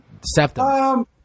septum